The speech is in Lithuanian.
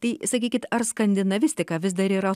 tai sakykit ar skandinavistika vis dar yra